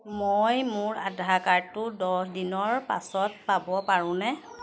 মই মোৰ আধাৰ কাৰ্ডটো দহ দিনৰ পাছত পাব পাৰোঁনে